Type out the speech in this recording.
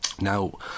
Now